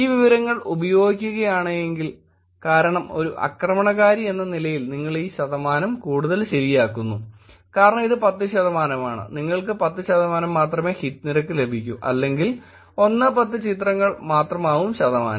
ഈ വിവരങ്ങൾ ഉപയോഗിക്കുകയാണെങ്കിൽ കാരണം ഒരു ആക്രമണകാരി എന്ന നിലയിൽ നിങ്ങൾ ഈ ശതമാനം കൂടുതൽ ശരിയാക്കുന്നു കാരണം ഇത് 10 ശതമാനമാണ് നിങ്ങൾക്ക് 10 ശതമാനം മാത്രമേ ഹിറ്റ് നിരക്ക് ലഭിക്കൂ അല്ലെങ്കിൽ 1 10 ചിത്രങ്ങൾ മാത്രമാവും ശതമാനം